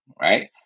right